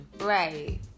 Right